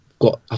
got